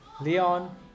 Leon